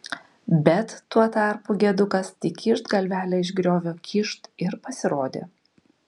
bet tuo tarpu gedukas tik kyšt galvelę iš griovio kyšt ir pasirodė